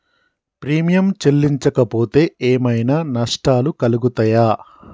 Premium చెల్లించకపోతే ఏమైనా నష్టాలు కలుగుతయా?